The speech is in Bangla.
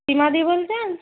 সীমাদি বলছেন